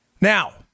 Now